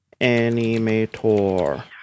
animator